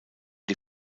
die